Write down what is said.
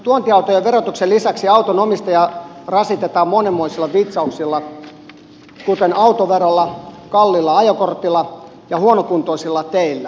tuontiautojen verotuksen lisäksi auton omistajaa rasitetaan monenmoisilla vitsauksilla kuten autoverolla kalliilla ajokortilla ja huonokuntoisilla teillä